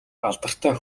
алдартай